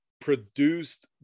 produced